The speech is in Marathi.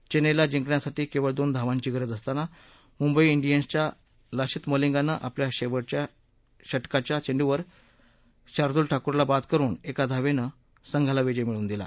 चेन्नईला जिंकण्यासाठी केवळ दोन धावांची गरज असताना मुंबई डियन्सच्या लसिथ मलिंगानं आपल्या षटकाच्या शेवटच्या चेंडूवर शार्दूल ठाकूरला बाद करुन एका धावेनं संघाला विजय मिळवून दिला